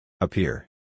Appear